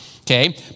okay